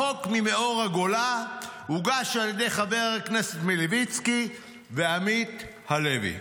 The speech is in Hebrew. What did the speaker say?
החוק ממאורות הגולה הוגש על ידי חברי הכנסת מלביצקי ועמית הלוי,